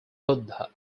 buddha